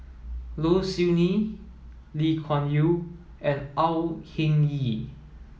Low Siew Nghee Lee Kuan Yew and Au Hing Yee